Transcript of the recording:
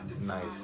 nice